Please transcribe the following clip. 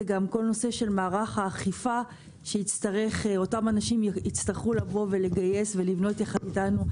כל נושא מערך האכיפה שאותם אנשים יצטרכו לגייס ולבנות יחד אתנו,